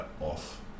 off